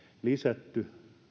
lisätty